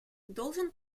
должен